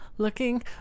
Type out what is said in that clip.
looking